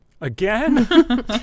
again